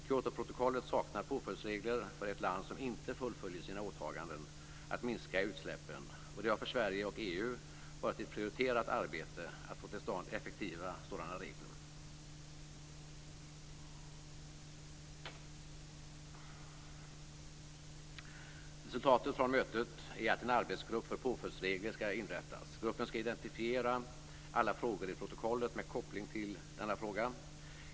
Kyotoprotokollet saknar påföljdsregler för ett land som inte fullföljer sina åtaganden att minska utsläppen. Det har för Sverige och EU varit ett prioriterat arbete att få till stånd effektiva sådana regler. Resultatet från mötet är att en arbetsgrupp för påföljdsregler skall inrättas. Gruppen skall identifiera alla frågor i protokollet med koppling till denna fråga.